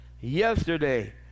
yesterday